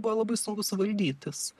buvo labai sunku suvaldyt jis